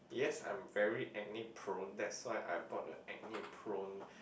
yes I'm very acne prone that's why I bought a acne prone